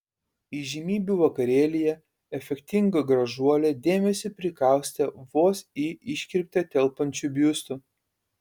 įžymybių vakarėlyje efektinga gražuolė dėmesį prikaustė vos į iškirptę telpančiu biustu